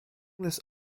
this